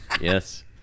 Yes